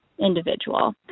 individual